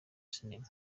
cinema